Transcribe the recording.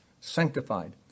sanctified